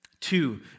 Two